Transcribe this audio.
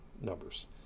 numbers